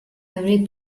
every